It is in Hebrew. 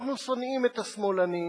אנחנו שונאים את השמאלנים,